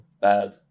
Bad